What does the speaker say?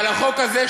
אבל החוק הזה,